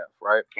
right